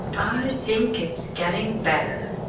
i think it's getting better,